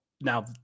now